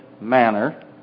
manner